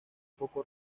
poco